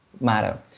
matter